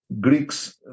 Greeks